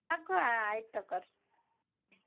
ತಗೋ ಆಯಿತಗೋರೀ